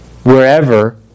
wherever